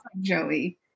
Joey